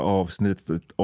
avsnittet